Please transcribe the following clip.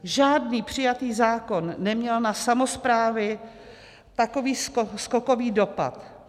Žádný přijatý zákon neměl na samosprávy takový skokový dopad.